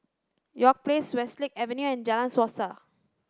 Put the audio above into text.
York Place Westlake Avenue and Jalan Suasa